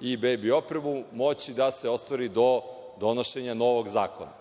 i bebi opremu moći da se ostvari do donošenja novog zakona.